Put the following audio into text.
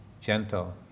gentle